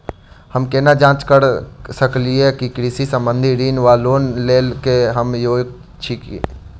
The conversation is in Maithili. हम केना जाँच करऽ सकलिये की कृषि संबंधी ऋण वा लोन लय केँ हम योग्य छीयै?